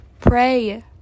Pray